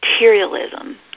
materialism